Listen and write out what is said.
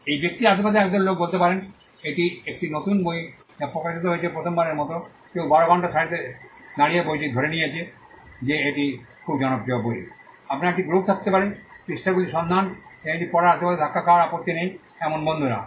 এই ব্যক্তির আশেপাশে একদল লোক বলতে পারেন এটি একটি নতুন বই যা প্রকাশিত হয়েছে প্রথমবারের মতো কেউ 12 ঘন্টা সারিতে দাঁড়িয়ে বইটি ধরে নিয়েছে যে এটি একটি খুব জনপ্রিয় বই আপনার একটি গ্রুপ থাকতে পারে পৃষ্ঠাগুলি সন্ধান এবং এটি পড়ার আশেপাশে ধাক্কা খাওয়ার আপত্তি নেই এমন বন্ধুরা